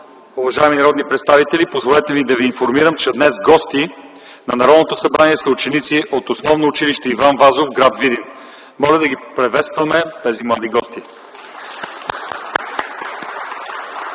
уважаеми народни представители, позволете да ви информирам, че днес гости на Народното събрание са ученици от Основно училище „Иван Вазов” в гр. Видин. Моля да приветстваме тези млади гости!